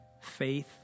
faith